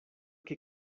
que